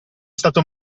stato